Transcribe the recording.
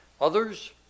Others